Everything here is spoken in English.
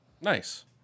Nice